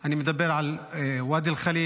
אני מדבר על ואדי אל-ח'ליל,